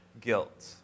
Guilt